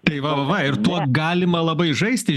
tai va va va ir tuo galima labai žaisti